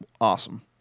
awesome